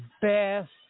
best